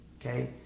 okay